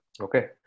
Okay